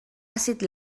àcid